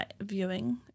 viewing